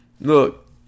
Look